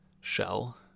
shell